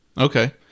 Okay